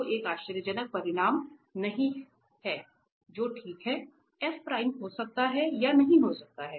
जो एक आश्चर्यजनक परिणाम नहीं है जो ठीक है हो सकता है या नहीं हो सकता है